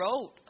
wrote